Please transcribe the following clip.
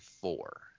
four